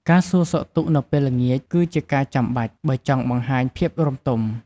ការសួរសុខទុក្ខនៅពេលល្ងាច គឺជាការចាំបាច់ បើចង់បង្ហាញភាពរម្យទម។